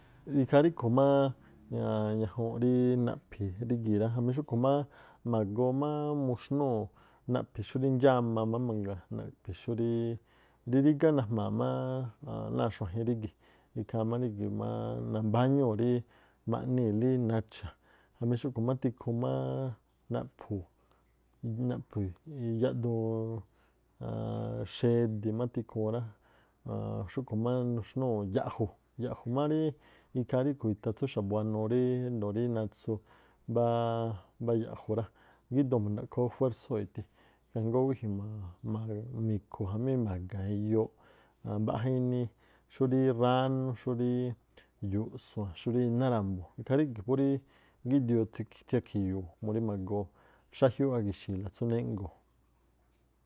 Ikhaa ríꞌkhu̱ má ñajuunꞌ ríí naꞌphi̱ rí gii̱ rá, jamí xúꞌkhu̱ má ma̱go̱o̱ máá muxnuu̱ naꞌphi̱ xúrí ndxama má mangaa, naꞌphi xúrí rí rígá najma̱a̱ má aan náa̱ xuajin rígi̱, ikhaa má rígi̱ máá nambáñúu̱ rí ma̱ꞌnii̱lí nacha̱ jamí xúꞌkhu̱ má naꞌphu̱u̱ naꞌphi̱i̱ ya̱ꞌduun xedi̱ má tikhuun rá aan xúꞌkhu̱ má nuxnúu̱ ya̱ꞌju̱, ya̱ꞌju̱ má ríí ikhaa ríꞌkhui̱ itha tsúú xa̱buanuu rí ríndoo̱ natsu mbáá ya̱ꞌju̱ rá, gíꞌdoo ma̱ndaꞌkhoo ú fuérsoo̱ ithi. Ikhaa jngóó wíji̱ mi̱khu̱ jamí ma̱ga̱a̱n iyooꞌ, xúrí ránú, xúrí yu̱ꞌsua̱n, xúrí iná ra̱mbu̱ ikhaa rígi̱ rí phú gíꞌdioo tsiiꞌ-tsia̱khi̱i̱yu̱u̱murí ma̱goo xájiúúꞌ ági̱xi̱i̱la tsú néꞌngo̱o̱.